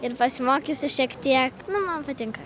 ir pasimokysiu šiek tiek nu man patinka